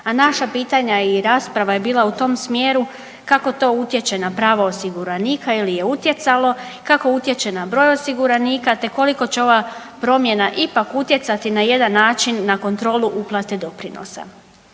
a naša pitanja i rasprava je bila u tom smjeru kako to utječe na pravo osiguranika ili je utjecalo, kako utječe na broj osiguranika te koliko će ova promjena ipak utjecati na jedan način na kontrolu uplate doprinosa.